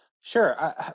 Sure